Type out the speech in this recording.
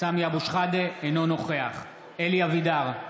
אינו נוכח אלי אבידר,